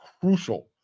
crucial